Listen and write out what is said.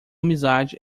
amizade